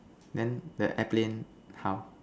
then the airplane how